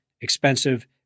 expensive